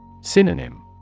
Synonym